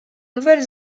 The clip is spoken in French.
nouvelle